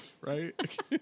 right